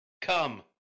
Come